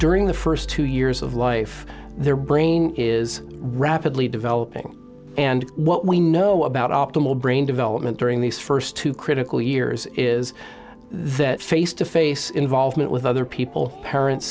during the first two years of life their brain is rapidly developing and what we know about optimal brain development during these first two critical years is that face to face involvement with other people parents